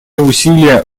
усилия